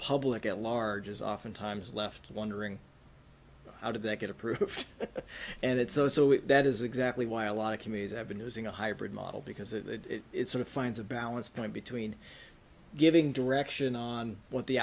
public at large is oftentimes left wondering how did that get approved and it's oh so that is exactly why a lot of committees have been using a hybrid model because that is sort of finds a balance point between giving direction on what the